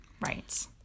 Right